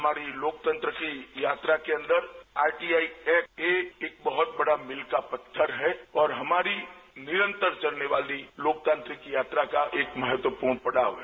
हमारी लोकतंत्र की यात्रा के अंदर आरटीआई ऐक्ट ए एक बहुत बड़ा मील का पत्थर है और हमारी निरंतर चलने वाली लोकतांत्रिक यात्रा का एक महत्वपूर्ण पड़ाव है